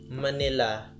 Manila